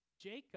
Jacob